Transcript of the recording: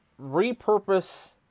repurpose